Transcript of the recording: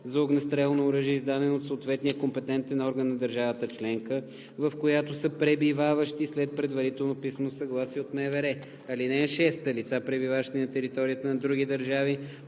за огнестрелно оръжие, издаден от съответния компетентен орган на държавата членка, в която са пребиваващи, след предварително писмено съгласие от МВР. (6) Лица, пребиваващи на територията на други държави,